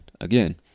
Again